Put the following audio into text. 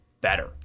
better